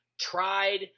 tried